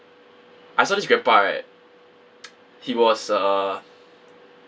I saw this grandpa right he was uh